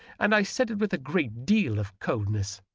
and i said it with a great deal of coldness,